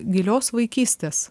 gilios vaikystės